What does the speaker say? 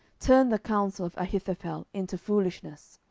turn the counsel of ahithophel into foolishness.